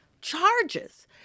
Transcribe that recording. charges